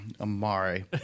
Amari